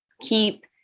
keep